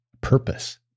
purpose